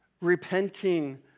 repenting